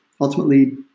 ultimately